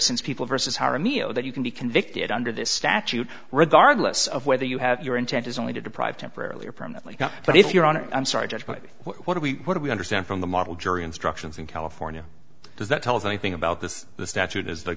since people versus our meo that you can be convicted under this stat regardless of whether you have your intent is only to deprive temporarily or permanently but if your honor i'm sorry judge but what do we what do we understand from the model jury instructions in california does that tell us anything about this the statute as the